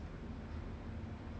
polys hosting then top four